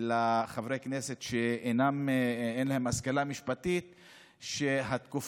בפני חברי הכנסת שאין להם השכלה משפטית שהתקופה